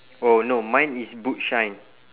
oh no mine is boot shine